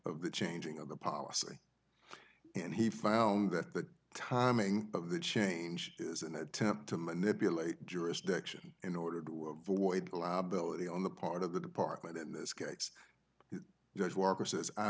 of the changing of the policy and he found that the timing of the change is an attempt to manipulate jurisdiction in order to avoid a liability on the part of the department in this case th